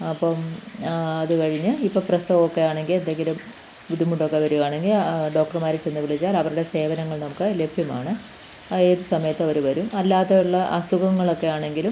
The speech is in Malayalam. അപ്പം അതുകഴിഞ്ഞ് ഇപ്പോൾ പ്രസവമൊക്കെ ആണെങ്കിൽ എന്തെങ്കിലും ബുദ്ധിമുട്ടൊക്കെ വരുകയാണെങ്കിൽ ആ ഡോക്ടർമാരെ ചെന്ന് വിളിച്ചാൽ അവരുടെ സേവനങ്ങൾ നമുക്ക് ലഭ്യമാണ് അത് ഏത് സമയത്തും അവർ വരും അല്ലാതെയുള്ള അസുഖങ്ങളൊക്കെയാണെങ്കിലും